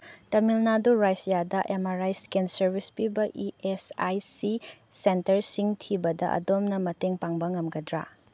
ꯇꯥꯃꯤꯜ ꯅꯥꯗꯨ ꯔꯥꯏꯖ꯭ꯌꯥꯗ M R I scan service ꯄꯤꯕ E S I C ꯁꯦꯟꯇꯔꯁꯤꯡ ꯊꯤꯕꯗ ꯑꯗꯣꯝꯅ ꯃꯇꯦꯡ ꯄꯥꯡꯕ ꯉꯝꯒꯗ꯭ꯔꯥ